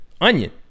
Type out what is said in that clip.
Onion